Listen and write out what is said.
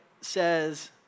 says